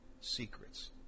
secrets